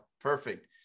Perfect